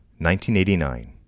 1989